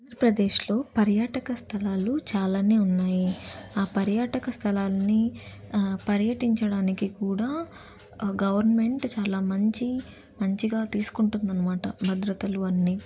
ఆంధ్రప్రదేశ్లో పర్యాటక స్థలాలు చాలా ఉన్నాయి ఆ పర్యాటక స్థలాల్ని పర్యటించడానికి కూడా గవర్నమెంట్ చాలా మంచి మంచిగా తీసుకుంటుంది అన్నమాట భద్రతలు అన్నీ